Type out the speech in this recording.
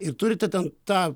ir turite ten tą